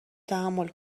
تحمل